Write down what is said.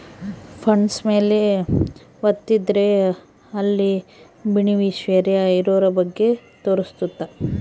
funds ಮೇಲೆ ವತ್ತಿದ್ರೆ ಅಲ್ಲಿ ಬೆನಿಫಿಶಿಯರಿ ಇರೋರ ಬಗ್ಗೆ ತೋರ್ಸುತ್ತ